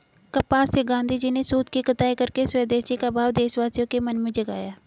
कपास से गाँधीजी ने सूत की कताई करके स्वदेशी का भाव देशवासियों के मन में जगाया